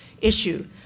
issue